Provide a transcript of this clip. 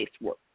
work